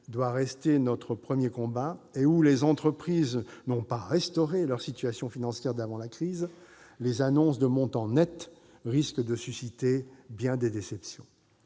doit rester notre premier combat et où les entreprises n'ont pas restauré leur situation financière d'avant la crise, les annonces de montants nets risquent de susciter bien des déceptions.